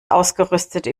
ausgerüstete